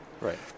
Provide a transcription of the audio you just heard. Right